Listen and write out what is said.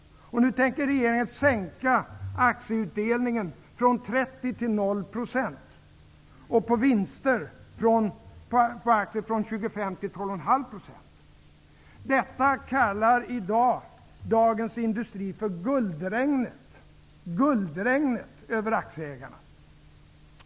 Nu tänker regeringen sänka skatten på aktieutdelningar från till 12,5 %. Detta kallar Dagens Industri i dag för guldregnet över aktieägarna.